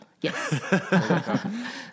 yes